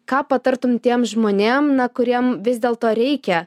ką patartum tiem žmonėm na kuriem vis dėlto reikia